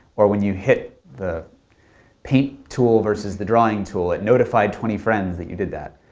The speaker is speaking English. or when you hit the paint tool versus the drawing tool, it notified twenty friends that you did that.